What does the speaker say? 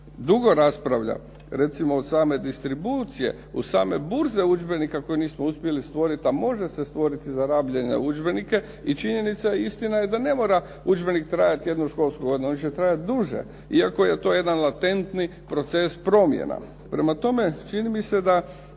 dugo raspravlja. Recimo o samoj distribucije, u same burze udžbenika koje nismo uspjeli stvoriti, a može se stvoriti za rabljene udžbenike i činjenica i istina je da ne mora udžbenik trajati jednu školsku godinu, on će trajati duže iako je to jedan latentni proces promjena. Prema tome, čini mi se da